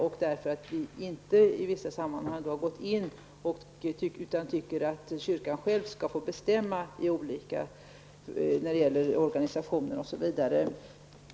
Av den anledningen har vi inte gått in i vissa frågor, utan vi tycker att kyrkan själv skall få bestämma exempelvis när det gäller organisationen.